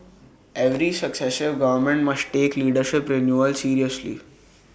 every successive government must take leadership renewal seriously